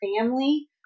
family